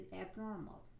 abnormal